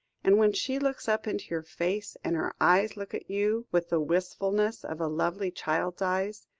and when she looks up into your face, and her eyes look at you, with the wistfulness of a lovely child's eyes,